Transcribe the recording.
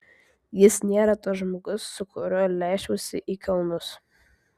jis nėra tas žmogus su kuriuo leisčiausi į kalnus